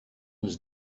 was